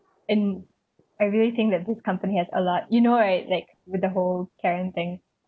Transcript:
in I really think that this company has a lot you know right like with the whole karen thing